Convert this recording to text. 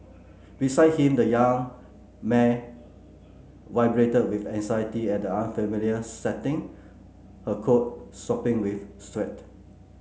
beside him the young mare vibrated with anxiety at the unfamiliar setting her coat sopping with sweat